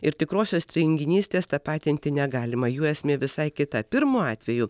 ir tikrosios tinginystės tapatinti negalima jų esmė visai kitą pirmu atveju